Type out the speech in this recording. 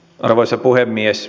arvoisa puhemies